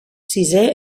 sisè